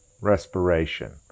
respiration